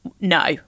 no